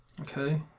Okay